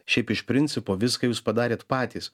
šiaip iš principo viską jūs padarėt patys